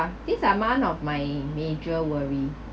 this are one of my major worry